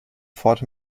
fort